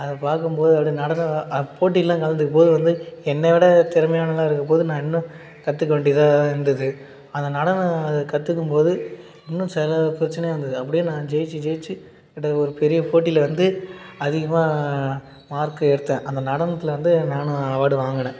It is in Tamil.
அதை பார்க்கும் போது அப்படி நடனம் போட்டிலாம் கலந்துக்கும் போது வந்து என்னை விட திறமையானவர்கள் இருக்கும் போது நான் இன்னும் கற்றுக்க வேண்டியதாக இருந்தது அதனால் நான் அதை கற்றுக்கும் போது இன்னும் சில பிரச்சினையா இருந்தது அப்படியே நான் ஜெயித்து ஜெயித்து பெரிய போட்டியில் வந்து அதிகமாக மார்க் எடுத்தேன் அந்த நடனத்தில் வந்து நானும் அவார்டு வாங்கினேன்